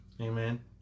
Amen